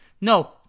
No